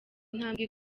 intambwe